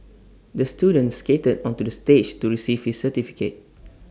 the student skated onto the stage to receive his certificate